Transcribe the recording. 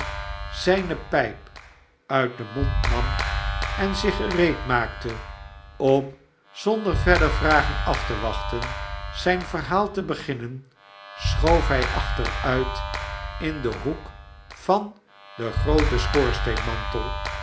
zijne pijp uit den mond nam en zich gereed maakte om zonder verder vragen af te wachten zijn verhaal te begin nen schoof hij achteruit in den hoek van den grooten